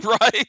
right